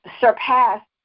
surpassed